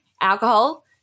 alcohol